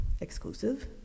exclusive